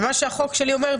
מה שהחוק שלי אומר,